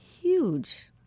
huge